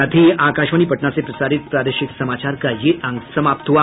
इसके साथ ही आकाशवाणी पटना से प्रसारित प्रादेशिक समाचार का ये अंक समाप्त हुआ